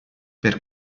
per